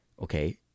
Okay